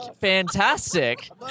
Fantastic